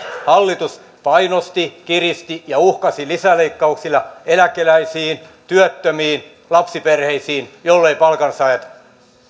hallitus painosti kiristi ja uhkasi lisäleikkauksilla eläkeläisille työttömille ja lapsiperheille jolleivät palkansaajat